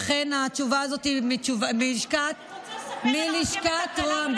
אכןף התשובה הזאת מלשכת רוה"מ.